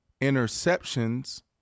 interceptions